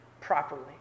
properly